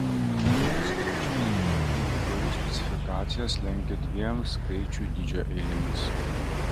šios reikšmės dabartinių gpu specifikacijas lenkia dviem skaičių dydžio eilėmis